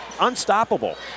Unstoppable